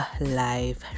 life